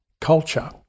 culture